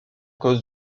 cause